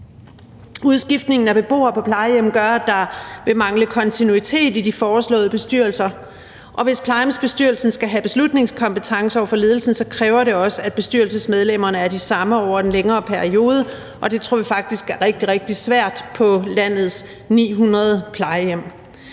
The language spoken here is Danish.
Udskiftningen af beboere på plejehjem gør, at der vil mangle kontinuitet i de foreslåede bestyrelser, og hvis plejehjemsbestyrelsen skal have beslutningskompetence over for ledelsen, kræver det også, at bestyrelsesmedlemmerne er de samme over en længere periode, og det tror vi faktisk er rigtig, rigtig svært på landets 900 plejehjem.